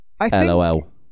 LOL